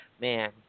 Man